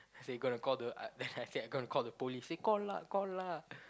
say I gonna call the uh then I say I gonna call the police say call lah call lah